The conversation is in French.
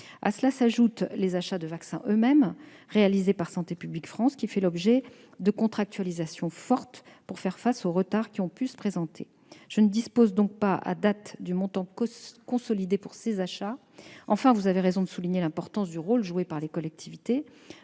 À cela s'ajoutent les achats de vaccins eux-mêmes, réalisés par Santé publique France, et qui font l'objet de contractualisations fortes, nécessaires pour faire face aux retards que nous avons connus. Je ne dispose donc pas à ce jour du montant consolidé de ces achats. Enfin, vous avez raison de souligner l'importance du rôle joué par les collectivités